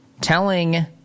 telling